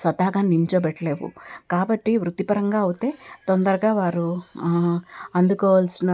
స్వతహాగా నిలుచోబెట్టలేవు కాబట్టి వృత్తిపరంగా అయితే తొందరగా వారు అందుకోవాల్సిన